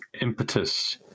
impetus